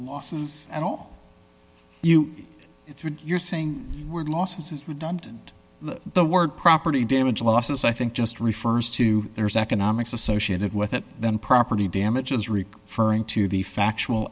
losses and all you through your saying were losses is redundant the word property damage losses i think just refers to there's economics associated with it then property damages rip furring to the factual